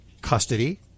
custody